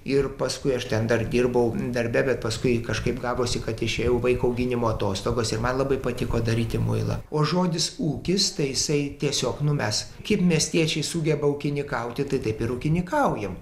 ir paskui aš ten dar dirbau darbe bet paskui kažkaip gavosi kad išėjau į vaiko auginimo atostogas ir man labai patiko daryti muilą o žodis ūkis tai jisai tiesiog nu mes kaip miestiečiai sugeba ūkininkauti taip ir ūkininkaujame